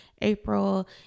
April